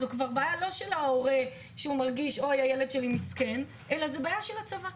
אז זו כבר בעיה לא של ההורה שמרגיש שהילד שלו מסכן אלא זו בעיה של הצבא.